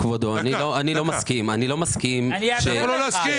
אני לא מסכים שמציירים את החברה